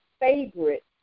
favorite